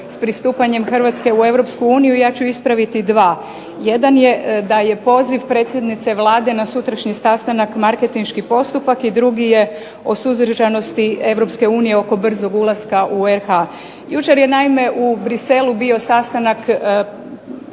s pristupanje Hrvatske Europskoj uniji. Ja ću ispraviti dva. Jedan je da je poziv predsjednice Vlade na sutrašnji sastanak marketinški postupak i drugi je o Suzdržanosti EU oko brzog ulaska u RH. Jučer je bio sastanak